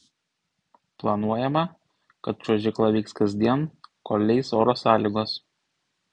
planuojama kad čiuožykla veiks kasdien kol leis oro sąlygos